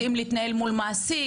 יודעים להתנהל מול מעסיק,